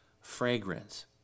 fragrance